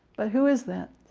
but who is that?